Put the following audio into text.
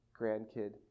grandkid